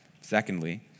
secondly